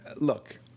look